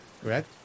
correct